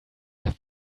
have